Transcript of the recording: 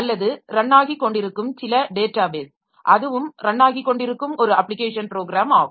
அல்லது ரன் ஆகிக் கொண்டிருக்கும் சில டேட்டாபேஸ் அதுவும் ரன் ஆகிக் கொண்டிருக்கும் ஒரு அப்ளிகேஷன் ப்ரோக்ராம் ஆகும்